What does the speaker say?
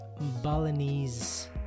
Balinese